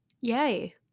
Yay